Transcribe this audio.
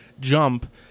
jump